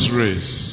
race